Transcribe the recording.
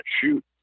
shoot